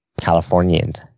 Californians